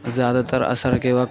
زیادہ تر عصر کے وقت